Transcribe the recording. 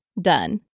Done